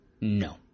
no